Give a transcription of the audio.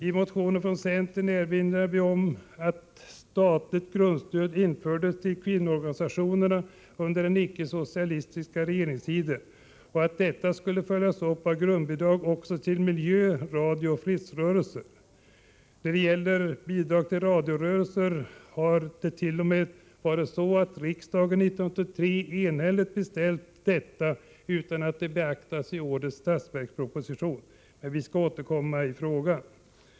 I motionen från centern erinrar vi om att statligt grundstöd infördes till kvinnoorganisationerna under den icke-socialistiska regeringstiden och att detta skulle följas upp av grundbidrag också till miljö-, radiooch fredsrörelser. När det gäller bidrag till radiorörelser har t.o.m. en enig riksdag 1983 hemställt om detta utan att det beaktades i innevarande års budgetproposition. Men vi skall återkomma i den frågan.